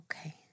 Okay